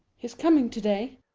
he's coming to-day.